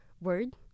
word